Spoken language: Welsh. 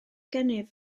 gennyf